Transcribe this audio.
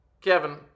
Kevin